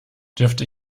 dürfte